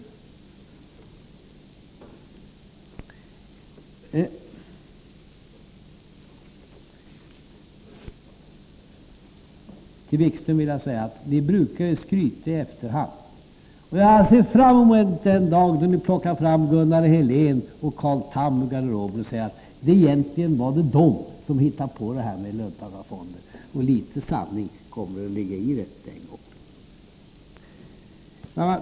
Till Jan-Erik Wikström vill jag säga att ni ju brukar skryta i efterhand. Jag ser fram emot den dagen då ni plockar fram Gunnar Helén och Carl Tham ur garderoben och säger att det egentligen var de som hittade på det här med löntagarfonder. Litet sanning kommer det att ligga i det.